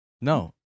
No